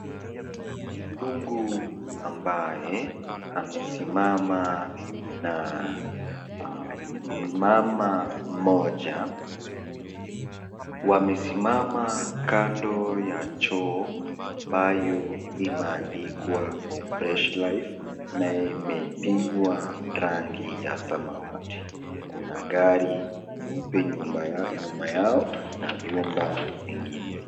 Mzungu ambaye amesimama na mama mmoja wamesimama kando ya choo ambayo imeandikwa Fresh life na imepigwa rangi ya samawati, kuna gari nyeupe nyuma yao na vyumba vingine.